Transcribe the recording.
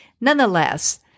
Nonetheless